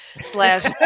slash